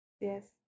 Yes